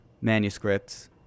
manuscripts